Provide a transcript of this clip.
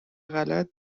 غلط